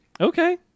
Okay